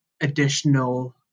additional